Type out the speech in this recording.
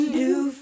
new